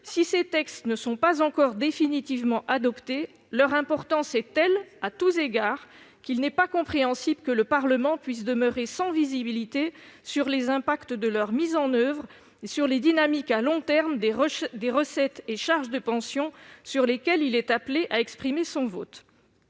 Ces textes ne sont pas encore définitivement adoptés, mais leur importance est telle, à tous égards, qu'il n'est pas compréhensible que le Parlement puisse demeurer sans visibilité sur les impacts de leur mise en oeuvre sur les dynamiques à long terme des recettes et charges de pension sur lesquelles il est appelé à exprimer son vote.